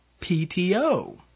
PTO